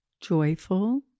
joyful